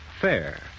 fair